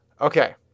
okay